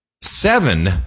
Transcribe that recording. Seven